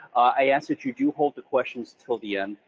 i ask that you do hold the questions til the end.